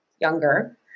younger